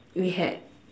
we had